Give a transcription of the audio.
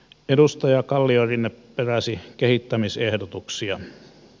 edustaja kalliorinne peräsi kehittämisehdotuksia